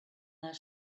their